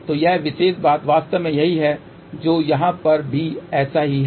तो यह विशेष बात वास्तव में यही है जो यहाँ पर भी ऐसा ही है